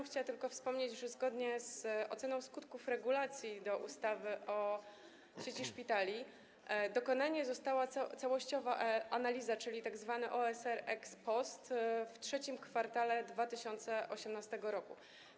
Chciałabym tylko wspomnieć, że zgodnie z oceną skutków regulacji do ustawy o sieci szpitali dokonana zostanie całościowa analiza, czyli tzw. OSR ex post, w III kwartale 2018 r.